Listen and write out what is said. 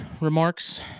remarks